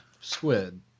squid